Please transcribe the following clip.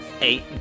Eight